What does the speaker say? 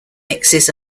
mixes